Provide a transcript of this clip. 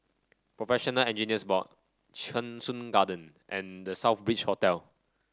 Professional Engineers Board Cheng Soon Garden and The Southbridge Hotel